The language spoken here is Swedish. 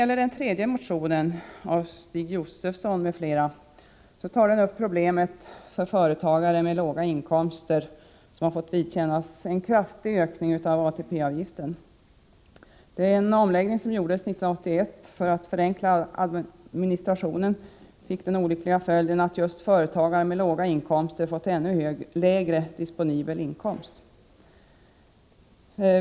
I den tredje motionen, av Stig Josefson m.fl., tas upp problemet för företagare med låga inkomster som har fått vidkännas en kraftig ökning av ATP-avgiften. Den omläggning som gjordes 1981 för att förenkla administrationen fick den olyckliga följden att just företagare med låga inkomster fick ännu lägre disponibel inkomst.